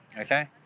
okay